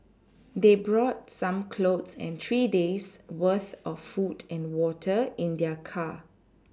they brought some clothes and three days' worth of food and water in their car